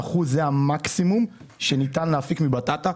60%-65% זה המקסימום שניתן להפיק מבטטה.